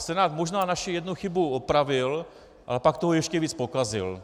Senát možná naši jednu chybu opravil, ale pak toho ještě víc pokazil.